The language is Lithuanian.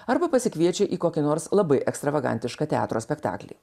arba pasikviečia į kokį nors labai ekstravagantišką teatro spektaklį